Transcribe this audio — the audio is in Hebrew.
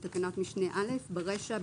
בתקנת משנה (א) ברישה,